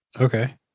Okay